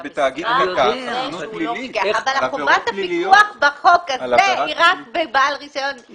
אבל חובת הפיקוח בחוק הזה היא רק לבעל רישיון מורחב.